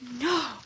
No